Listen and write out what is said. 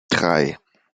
drei